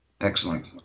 Excellent